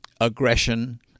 aggression